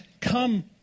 come